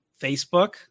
Facebook